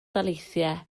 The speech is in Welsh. daleithiau